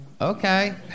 Okay